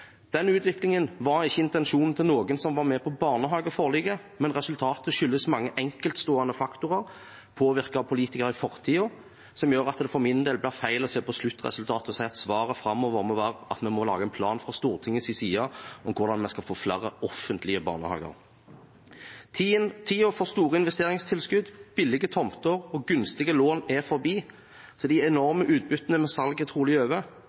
utviklingen var ikke intensjonen til noen av dem som var med på barnehageforliket, men resultatet skyldes mange enkeltstående faktorer påvirket av politikere i fortiden, som gjør at det for min del blir feil å se på sluttresultatet og si at svaret framover må være at vi må lage en plan fra Stortingets side om hvordan vi skal få flere offentlige barnehager. Tiden for store investeringstilskudd, billige tomter og gunstige lån er forbi, så de enorme utbyttene ved salg er trolig over,